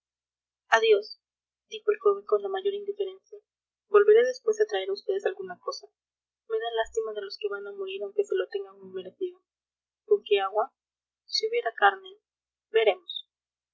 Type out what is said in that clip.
el joven con la mayor indiferencia volveré después a traer a vds alguna cosa me da lástima de los que van a morir aunque se lo tengan muy merecido conque agua si hubiera carne veremos